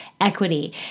equity